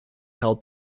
held